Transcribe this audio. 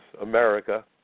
America